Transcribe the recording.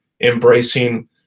embracing